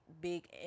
big